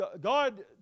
God